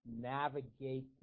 navigate